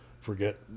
forget